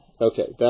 Okay